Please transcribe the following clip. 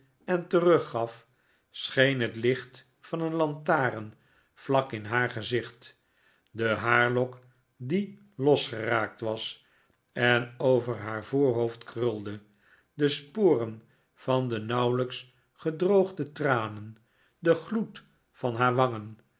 en teruggaf scheen het licht van een lantaren vlak in haar gezicht de haarlok die losgeraakt was en over haar voorhoofd krulde de sporen van de nauwelijks gedroogde tranen de gloed van haar wangen